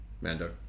Mando